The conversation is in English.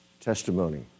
testimony